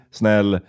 snäll